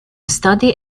study